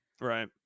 right